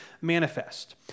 Manifest